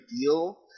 deal